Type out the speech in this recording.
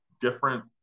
different